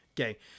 Okay